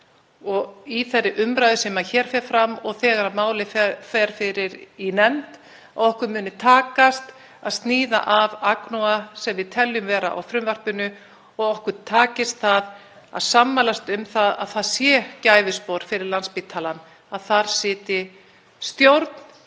að í þeirri umræðu sem hér fer fram, og þegar málið fer fyrir nefnd, muni okkur takast að sníða af agnúa sem við teljum vera á frumvarpinu og að okkur takist að sammælast um að það sé gæfuspor fyrir Landspítalann að þar sitji stjórn